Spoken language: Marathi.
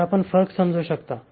तर आपण फरक समजू शकता